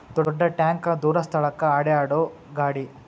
ದೊಡ್ಡ ಟ್ಯಾಂಕ ದೂರ ಸ್ಥಳಕ್ಕ ಅಡ್ಯಾಡು ಗಾಡಿ